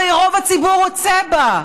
הרי רוב הציבור רוצה בה.